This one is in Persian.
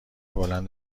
بلند